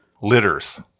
Litters